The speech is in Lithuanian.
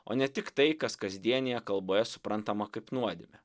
o ne tik tai kas kasdienėje kalboje suprantama kaip nuodėmė